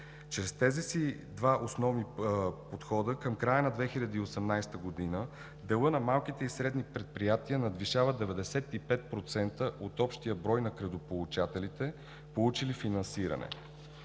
Чрез двата си основни подхода, към края на 2018 г. делът на малките и средни предприятия надвишава 95% от общия брой на кредитополучателите, получили финансиране,